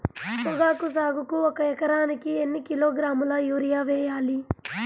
పొగాకు సాగుకు ఒక ఎకరానికి ఎన్ని కిలోగ్రాముల యూరియా వేయాలి?